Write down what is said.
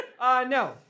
No